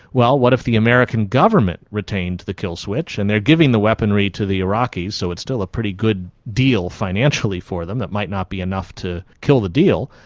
well, what if the american government retained the kill switch, and they are giving the weaponry to the iraqis, so it's still a pretty good deal financially for them, it might not be enough to kill the deal,